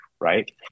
right